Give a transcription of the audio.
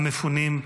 המפונים,